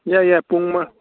ꯌꯥꯏ ꯌꯥꯏ ꯄꯨꯡ